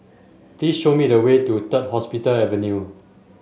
please show me the way to Third Hospital Avenue